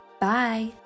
Bye